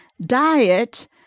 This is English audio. diet